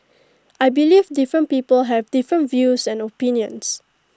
I believe different people have different views and opinions